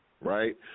right